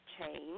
change